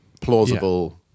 plausible